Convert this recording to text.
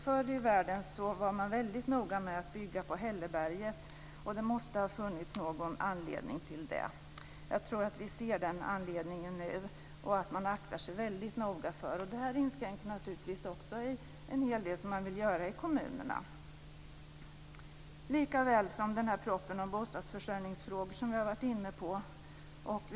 Förr i världen var man väldigt noga med att bygga på hälleberget. Det måste ha funnits någon anledning till det. Jag tror att vi ser den anledningen nu och att man aktar sig väldigt noga. Det här inskränker naturligtvis också en hel del som man vill göra i kommunerna, likaväl som propositionen om bostadsförsörjningsfrågor som vi har varit inne på.